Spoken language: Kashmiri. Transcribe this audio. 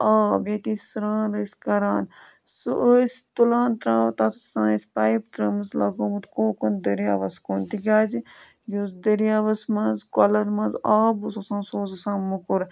آب ییٚتہِ أسۍ سرٛان ٲسۍ کَران سُہ ٲسۍ تُلان ترٛاوان تَتھ ٲسۍ آسان اَسہِ پایِپ ترٛٲومٕژ لَگومُت کوکُن دٔریاوَس کُن تِکیٛازِ یُس دٔریاوَس منٛز کۄلَن منٛز آب اوس آسان سُہ اوس آسان مۅکُر